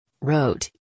wrote